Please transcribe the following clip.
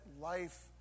life